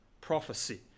Prophecy